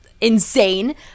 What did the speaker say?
insane